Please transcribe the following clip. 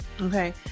Okay